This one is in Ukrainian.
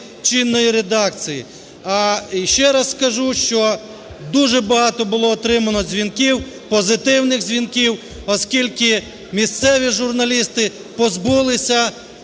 А ще раз скажу, що дуже багато було отримано дзвінків, позитивних дзвінків, оскільки місцеві журналісти позбулися тягаря,